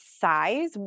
size